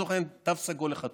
לצורך העניין, תו סגול לחתונות